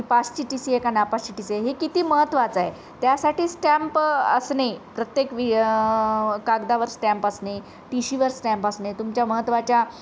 ही पासची T C आहे का नापासची टी सी आहे हे किती महत्त्वाचं आहे त्यासाठी स्टॅम्प असणे प्रत्येक वि कागदावर स्टॅम्प असणे टी शीवर स्टॅम्प असणे तुमच्या महत्वाच्या